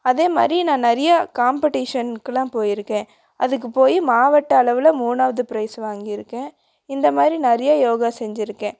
அதே மாதிரி நான் நிறைய காம்படீஷன்க்கெலாம் போயிருக்கேன் அதுக்கு போய் மாவட்டம் அளவில் மூணாவது பிரைஸ் வாங்கியிருக்கேன் இந்த மாதிரி நிறைய யோகா செஞ்சுருக்கேன்